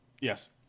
Yes